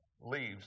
leaves